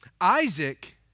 Isaac